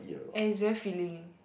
and is very filling